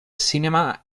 cinema